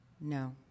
No